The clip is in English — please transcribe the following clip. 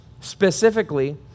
specifically